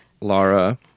Laura